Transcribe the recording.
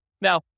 now